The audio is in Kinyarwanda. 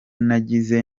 nagize